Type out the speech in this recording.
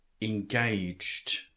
engaged